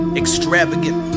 extravagant